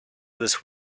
this